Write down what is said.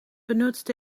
benutzt